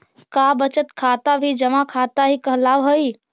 का बचत खाता भी जमा खाता ही कहलावऽ हइ?